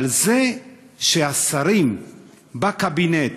אבל זה שהשרים בקבינט